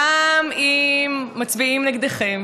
גם אם מצביעים נגדכם,